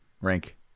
Rank